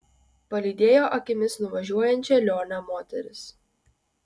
palydėjo akimis nuvažiuojančią lionę moteris